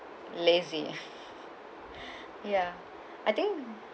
lazy ya I think